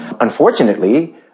Unfortunately